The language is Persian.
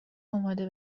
آماده